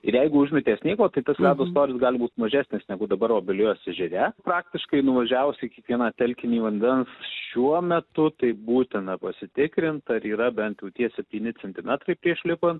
ir jeigu užmetė sniego tai tas ledo storis gali būt mažesnis negu dabar obelijos ežere praktiškai nuvažiavus į kiekvieną telkinį vandens šiuo metu tai būtina pasitikrint ar yra bent jau tie septyni centimetrai prieš lipan